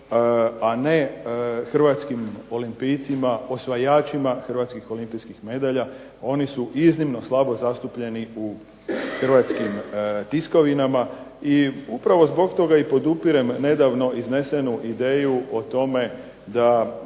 a ne hrvatskim olimpijcima, osvajačima hrvatskih olimpijskih medalja. Oni su iznimno slabo zastupljeni u hrvatskim tiskovinama. I upravo zbog toga i podupirem nedavno iznesenu ideju o tome da